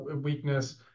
weakness